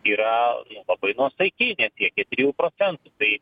yra labai nuosaiki nesiekia trijų procentų tai